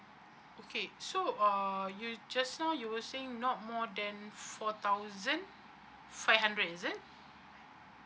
okay so uh you just now you were saying not more than four thousand five hundred is it